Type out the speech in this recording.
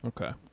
Okay